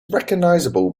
recognizable